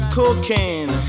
cocaine